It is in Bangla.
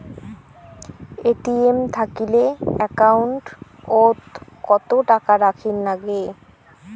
এ.টি.এম থাকিলে একাউন্ট ওত কত টাকা রাখীর নাগে?